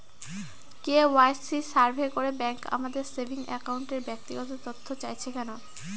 KYC survey করে bank আমাদের saving অ্যাকাউন্টের ব্যক্তিগত তথ্য চাইছে কেন?